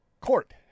court